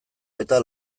eta